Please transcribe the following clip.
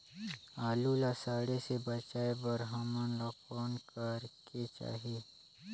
आलू ला सड़े से बचाये बर हमन ला कौन करेके चाही?